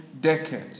decade